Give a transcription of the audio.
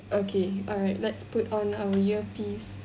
okay alright let's put on our ear piece